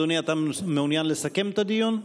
אדוני, אתה מעוניין לסכם את הדיון?